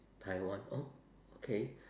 taiwan oh okay